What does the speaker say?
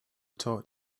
taught